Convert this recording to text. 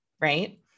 Right